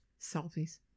Selfies